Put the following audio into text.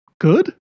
good